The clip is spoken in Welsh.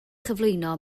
chyflwyno